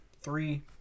three